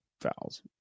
fouls